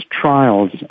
trials